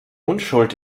unschuld